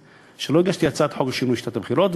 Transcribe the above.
שלא הגשתי הצעת חוק לשינוי שיטת הבחירות,